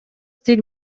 тил